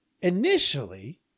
initially